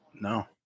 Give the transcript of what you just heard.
No